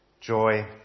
Joy